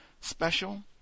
special